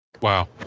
Wow